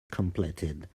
completed